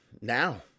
now